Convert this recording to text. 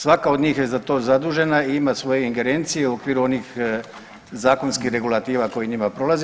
Svaka od njih je za to zadužena i ima svoje ingerencije u okviru onih zakonskih regulativa koje nije prolazi.